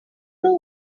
know